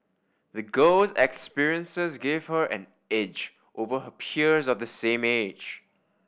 the girl's experiences gave her an edge over her peers of the same age